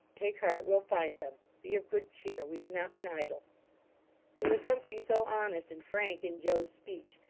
take heart. we'll find them. be of good cheer we have not been idle there was something so honest and frank in joe's speech,